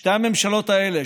שתי הממשלות האלה,